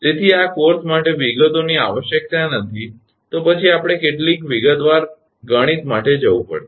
તેથી આ કોર્સ માટે વિગતોની આવશ્યકતા નથી તો પછી આપણે વિગતવાર ગણિત માટે જવું પડશે